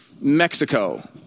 Mexico